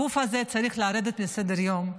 הגוף הזה צריך לרדת מסדר-היום.